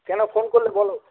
কেন ফোন করলে বলো